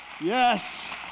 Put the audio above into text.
Yes